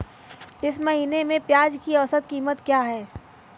इस महीने में प्याज की औसत कीमत क्या है?